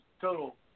total